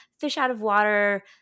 fish-out-of-water